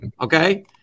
okay